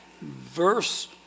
Verse